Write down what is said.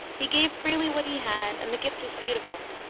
he gave freely what he had, and the gift was beautiful.